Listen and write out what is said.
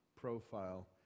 profile